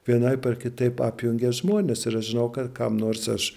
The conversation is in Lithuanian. vienaip ar kitaip apjungia žmones ir aš žinau ką kam nors aš